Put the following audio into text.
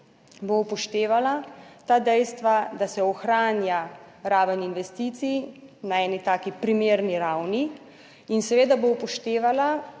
bo upoštevala ta dejstva, da se ohranja raven investicij na eni taki primerni ravni in seveda bo upoštevala,